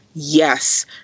yes